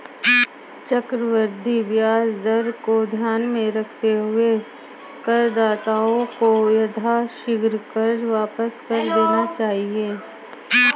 चक्रवृद्धि ब्याज दर को ध्यान में रखते हुए करदाताओं को यथाशीघ्र कर्ज वापस कर देना चाहिए